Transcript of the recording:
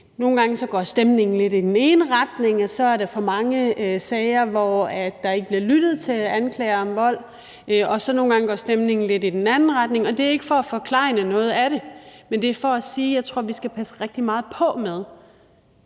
nogle gange går lidt i den ene retning, og så er der for mange sager, hvor der ikke bliver lyttet til anklager om vold, og andre gange går stemningen lidt i den anden retning. Det er ikke for at forklejne noget af det, men det er for at sige, at jeg tror, at vi skal passe rigtig meget på med